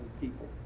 people